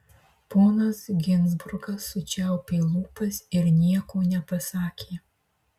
ponas ginzburgas sučiaupė lūpas ir nieko nepasakė